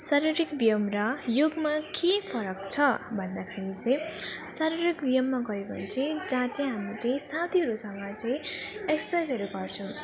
शारीरिक व्यायाम र योगमा के फरक छ भन्दाखेरि चाहिँ शारीरिक व्यायाम गर्यो भने चाहिँ जहाँ चाहिँ हामी चाहिँ साथीहरूसँग चाहिँ एक्सर्साइजहरू गर्छुौँ